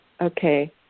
Okay